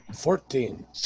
Fourteen